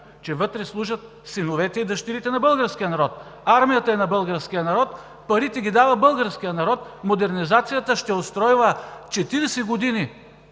Че вътре служат синовете и дъщерите на българския народ. Армията е на българския народ. Парите ги дава българският народ. Модернизацията ще устройва 40 години